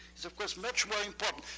is, of course, much more important.